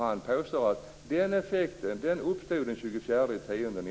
Han påstår att den effekten uppstod den